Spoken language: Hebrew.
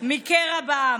מקרע בעם.